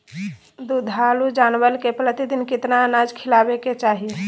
दुधारू जानवर के प्रतिदिन कितना अनाज खिलावे के चाही?